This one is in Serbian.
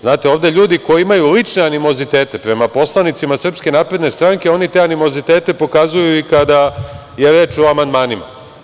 Znate, ovde ljudi koji imaju lične animozitete prema poslanicima SNS oni te animozitete pokazuju i kada je reč o amandmanima.